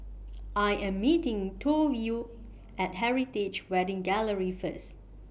I Am meeting Toivo At Heritage Wedding Gallery First